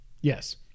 Yes